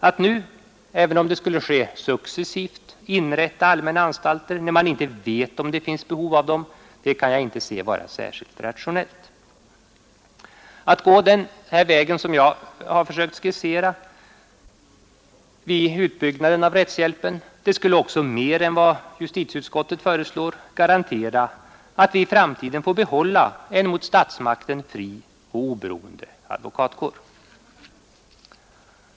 Att nu, även om det skulle ske successivt, inrätta allmänna anstalter när man inte vet om det finns behov av dem kan inte vara rationellt. Att gå den väg som jag har försökt skissera vid utbyggnaden av rättshjälpen skulle också mer än vad justitieutskottet föreslår garantera att vi i framtiden får behålla en mot statsmakten fri och oberoende advokatkår.